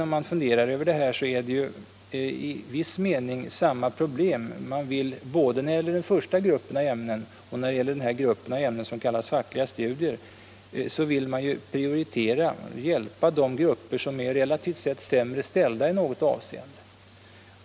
Om man funderar över detta är det egentligen i viss mening samma problem. Både när det gäller den första gruppen av ämnen och när det gäller fackliga studier vill man hjälpa de grupper som relativt sett är sämre ställda i något avseende.